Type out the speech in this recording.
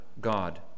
God